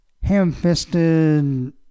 ham-fisted